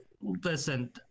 listen